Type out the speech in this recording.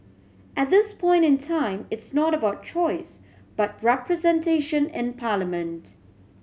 at this point in time it's not about choice but representation in parliament